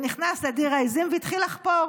נכנס לדיר העיזים והתחיל לחפור.